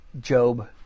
Job